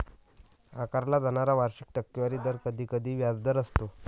आकारला जाणारा वार्षिक टक्केवारी दर कधीकधी व्याजदर असतो